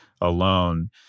alone